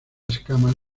escamas